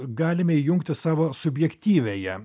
galime įjungti savo subjektyviąją